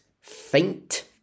faint